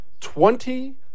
Twenty